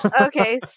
Okay